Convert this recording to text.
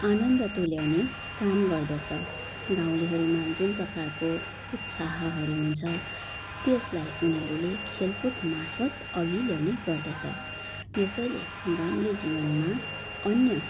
आनन्द तुल्याउने काम गर्दछ गाउँलेहरूमा जुन प्रकारको उत्साहहरू हुन्छ त्यसलाई उनीहरूले खेलकुदमार्फत अघि ल्याउने गर्दछ यसैले गाउँले जीवनमा अन्य